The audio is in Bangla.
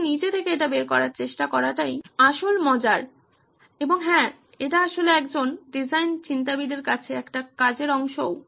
কিন্তু নিজে থেকে এটি বের করার চেষ্টা করাটাই আসল মজার এবং হ্যাঁ এটি আসলে একজন ডিজাইন চিন্তাবিদের কাছে একটি কাজের অংশও